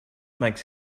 makes